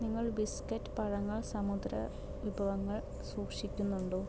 നിങ്ങൾ ബിസ്ക്കറ്റ് പഴങ്ങൾ സമുദ്ര വിഭവങ്ങൾ സൂക്ഷിക്കുന്നുണ്ടോ